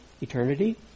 eternity